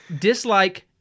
dislike